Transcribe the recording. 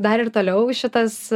dar ir toliau šitas